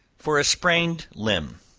for a sprained limb.